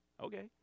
okay